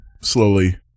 slowly